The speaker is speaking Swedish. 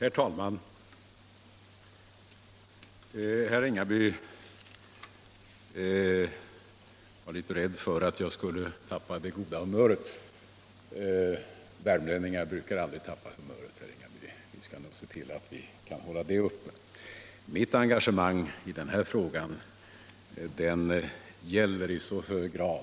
Herr talman! Herr Ringaby var rädd för att jag skulle tappa det goda humöret. Värmlänningar brukar inte tappa humöret, herr Ringaby. Vi skall nog se till att vi kan hålla det uppe. Mitt engagemang i den här - Nr 24 frågan gäller